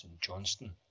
Johnston